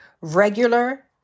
regular